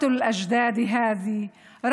השפה הזאת של האבות,